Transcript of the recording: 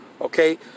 okay